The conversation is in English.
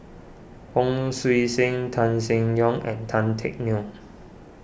Hon Sui Sen Tan Seng Yong and Tan Teck Neo